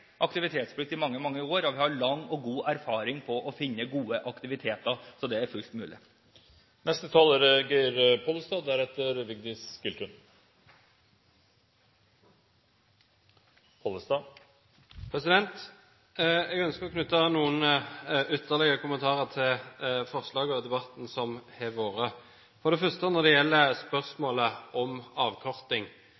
aktivitetsplikt i mange år og har lang og god erfaring i å finne gode aktiviteter. Så det er fullt mulig. Jeg ønsker å knytte noen ytterligere kommentarer til forslaget og debatten som har vært. For det første: Når det gjelder